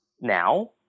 now